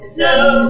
no